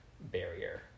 barrier